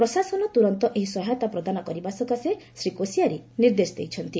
ପ୍ରଶାସନ ତୁରନ୍ତ ଏହି ସହାୟତା ପ୍ରଦାନ କରିବା ସକାଶେ ଶ୍ରୀ କୋସିୟାରି ନିର୍ଦ୍ଦେଶ ଦେଇଛନ୍ତି